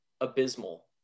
abysmal